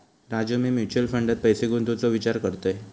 राजू, मी म्युचल फंडात पैसे गुंतवूचो विचार करतय